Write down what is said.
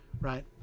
right